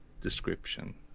description